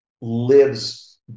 lives